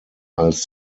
als